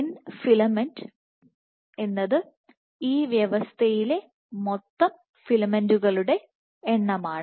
N filament ഈ വ്യവസ്ഥയിലെ മൊത്തം ഫിലമെന്റുകളുടെ എണ്ണമാണ്